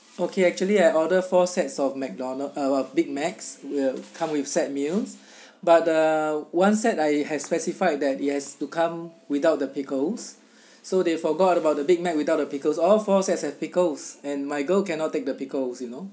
okay actually I've ordered four sets of mcdonald uh big macs will come with set meals but the one set I had specified that it has to come without the pickles so they forgot about the big mac without a pickle all four sets have pickles and my girl cannot take the pickles you know